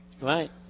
Right